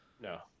No